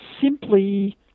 simply